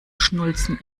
schnulzen